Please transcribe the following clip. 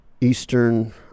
Eastern